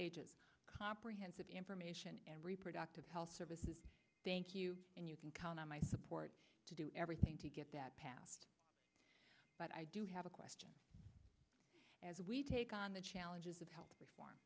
ages comprehensive information and reproductive health services thank you and you can count on my support to do everything to get that passed but i do have a question as we take on the challenges of health reform